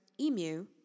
emu